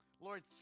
Lord